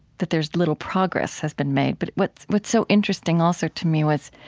that there's little progress has been made. but what's what's so interesting also to me was